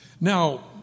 Now